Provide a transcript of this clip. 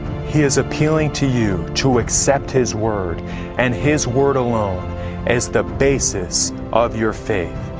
he is appealing to you to accept his word and his word alone as the basis of your faith.